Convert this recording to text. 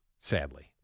sadly